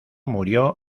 murió